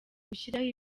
gushyiraho